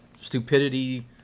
stupidity